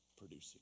producing